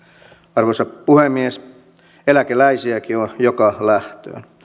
arvoisa puhemies eläkeläisiäkin on joka lähtöön